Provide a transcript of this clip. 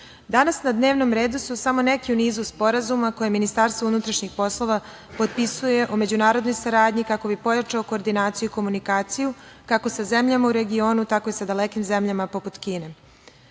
danas na dnevnom redu su samo neki u nizu sporazuma koje Ministarstvo unutrašnjih poslova potpisuje o međunarodnoj saradnji kako bi pojačalo koordinaciju i komunikaciju kako sa zemljama u regionu, tako i sa dalekim zemljama poput Kine. Pre